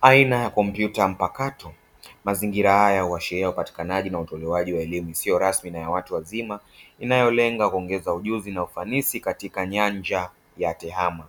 aina ya kompyuta mpakato; mazingira haya huashiria upatikanaji na utolewaji wa elimu isiyo rasmi na ya watu wazima inayolenga kuongeza ujuzi na ufanisi katika nyanja ya TEHAMA.